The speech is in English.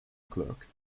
clerk